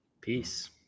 Peace